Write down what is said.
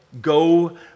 Go